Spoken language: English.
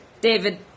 David